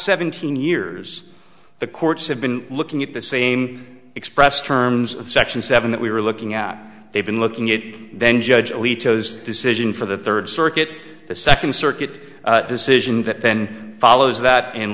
seventeen years the courts have been looking at the same expressed terms of section seven that we were looking at they've been looking it then judge alito has decision for the third circuit the second circuit decision that then follows that